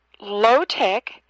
low-tech